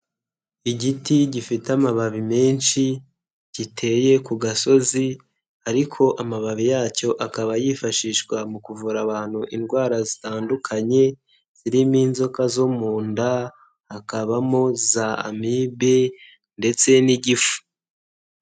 Igiti gifite amababi menshi giteye ku gasozi ariko amababi yacyo akaba yifashishwa mu kuvura abantu indwara zitandukanye, zirimo inzoka zo mu nda, hakabamo za amibe ndetse n'igifu.